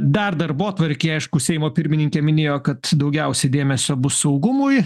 dar darbotvarkėj aišku seimo pirmininkė minėjo kad daugiausiai dėmesio bus saugumui